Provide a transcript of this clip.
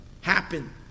happen